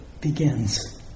begins